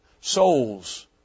Souls